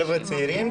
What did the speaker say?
חבר'ה צעירים,